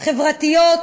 חברתיות